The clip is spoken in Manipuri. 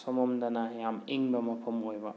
ꯁꯣꯝꯂꯣꯝꯗꯅ ꯌꯥꯝ ꯏꯪꯕ ꯃꯐꯝ ꯑꯣꯏꯕ